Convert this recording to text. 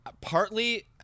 partly